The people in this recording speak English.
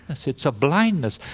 it's it's a blindness,